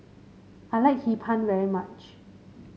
I like Hee Pan very much